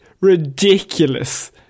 ridiculous